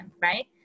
right